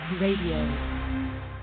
Radio